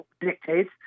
dictates